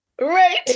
Right